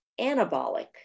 anabolic